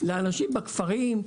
לאנשים בכפרים,